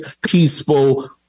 peaceful